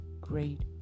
great